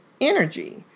energy